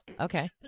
Okay